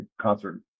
concert